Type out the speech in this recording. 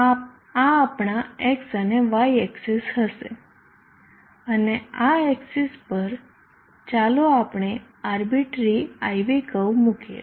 તેથી આ આપણા x અને y એક્સીસ હશે અને આ એક્સીસ પર ચાલો આપણે આર્બીટ્રરી IV કર્વ મૂકીએ